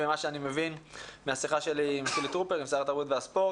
משיחתי עם שר התרבות והספורט,